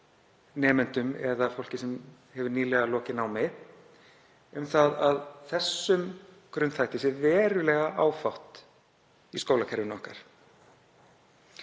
nemendum eða fólki sem hefur nýlega lokið námi, um að þessum grunnþætti sé verulega áfátt í skólakerfinu okkar.